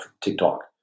TikTok